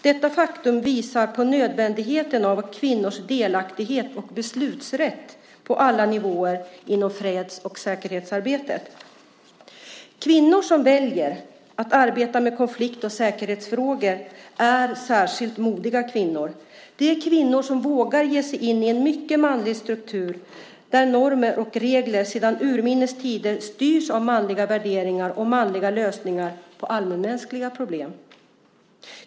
Detta faktum visar på nödvändigheten av kvinnors delaktighet och beslutsrätt på alla nivåer inom freds och säkerhetsarbetet. Kvinnor som väljer att arbeta med konflikt och säkerhetsfrågor är särskilt modiga kvinnor. Det är kvinnor som vågar ge sig in i en mycket manlig struktur där normer och regler sedan urminnes tider styrs av manliga värderingar och manliga lösningar på allmänmänskliga problem.